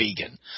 vegan